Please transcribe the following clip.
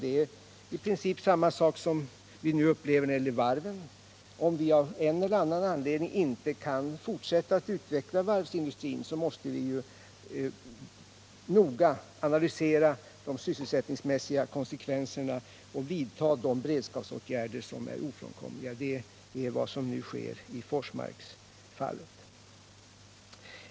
Det är i princip samma situation som den vi nu upplever när det gäller varven: om vi av en eller annan anledning inte kan fortsätta att utveckla varvsindustrin måste vi noga analysera de sysselsättningsmässiga konsekvenserna och vidta de beredskapsåtgärder som är ofrånkomliga. Det är också vad som nu sker i Forsmarksfallet.